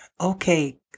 okay